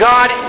God